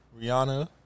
Rihanna